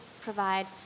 provide